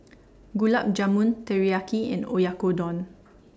Gulab Jamun Teriyaki and Oyakodon